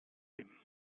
him